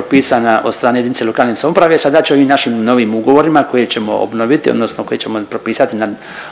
propisana od strane jedinice lokalne samouprave. Sada će ovim našim novim ugovorima koje ćemo obnoviti odnosno koje ćemo propisat